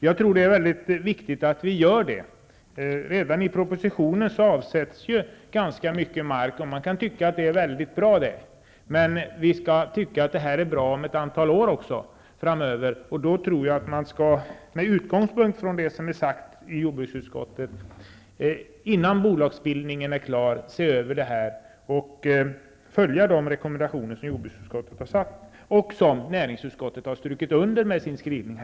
Jag tror att det är mycket viktigt att vi gör det. Redan i propositionen avsätts ju ganska mycket mark, och man kan tycka att det är mycket bra. Men vi skall tycka att detta är bra även om ett antal år framöver. Med utgångspunkt i det som har sagts i jordbruksutskottet tror jag att man, innan bolagsbildningen är klar, skall se över detta och följa de rekommendationer som jordbruksutskottet har gjort och som näringsutskottet har strukit under i sin skrivning.